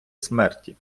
смерті